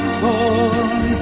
torn